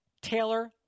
Taylor